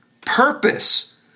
Purpose